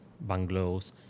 bungalows